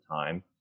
time